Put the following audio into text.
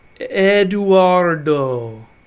eduardo